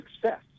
success